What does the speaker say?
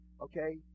okay